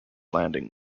landing